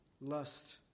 lust